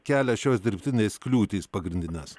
kelia šios dirbtinės kliūtys pagrindines